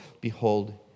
behold